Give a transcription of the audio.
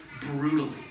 brutally